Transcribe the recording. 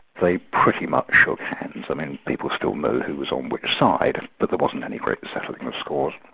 they pretty much shook hands. i mean people still know who was on which side, but there wasn't any great settling of scores.